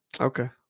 okay